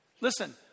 Listen